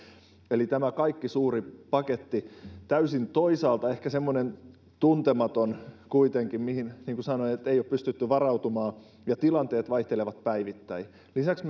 eli tämä koko suuri paketti on toisaalta ehkä täysin semmoinen tuntematon kuitenkin mihin ei olla pystytty varautumaan niin kuin sanoin ja tilanteet vaihtelevat päivittäin lisäksi